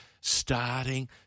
starting